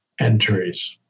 entries